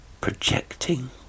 projecting